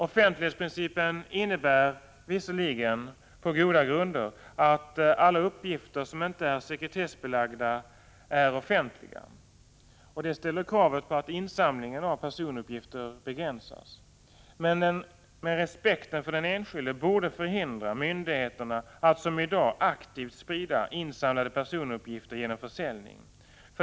Offentlighetsprincipen innebär visserligen, på goda grunder, att alla uppgifter som inte är sekretessbelagda är offentliga, och det ställer krav på att insamlingen av personuppgifter begränsas. Men respekten för den enskilde borde förhindra myndigheterna att som i dag aktivt sprida insamlade personuppgifter genom försäljning.